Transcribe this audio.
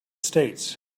states